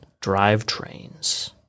drivetrains